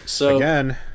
Again